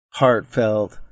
heartfelt